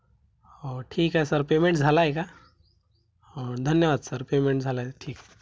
हो ठीक आहे सर पेमेंट झाला आहे का हो धन्यवाद सर पेमेंट झाला आहे ठीक